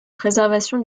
préservation